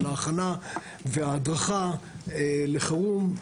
על ההכנה וההדרכה לחירום.